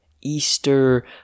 Easter